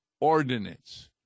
ordinance